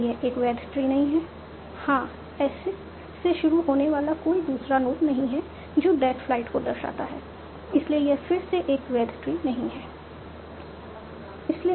तो यह एक वैध ट्री नहीं है हाँ एस से शुरू होने वाला कोई दूसरा नोड नहीं है जो दैट फ्लाइट को दर्शाता है इसलिए यह फिर से एक वैध ट्री नहीं है